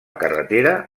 carretera